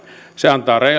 se antaa